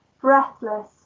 breathless